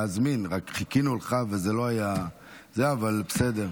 להזמין, רק חיכינו לך, וזה לא היה זה, אבל בסדר.